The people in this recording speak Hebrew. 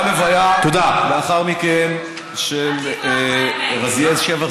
הייתה הלוויה לאחר מכן של רזיאל שבח,